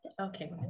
Okay